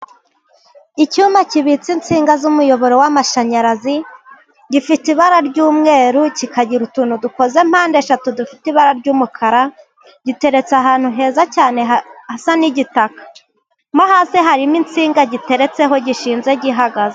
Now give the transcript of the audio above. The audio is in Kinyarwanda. Icyuma kibitse insinga z'umuyoboro w'amashanyarazi, gifite ibara ry'umweru, kikagira utuntu dukoze mpande eshatu dufite ibara ry'umukara, giteretse ahantu heza cyane hasa n'igitaka. Mo hasi harimo insinga giteretseho gishinze gihagaze.